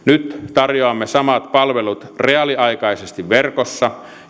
tarjoamme samat palvelut reaaliaikaisesti verkossa